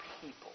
people